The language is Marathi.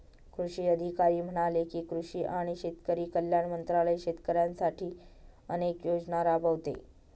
कृषी अधिकारी म्हणाले की, कृषी आणि शेतकरी कल्याण मंत्रालय शेतकऱ्यांसाठी अनेक योजना राबवते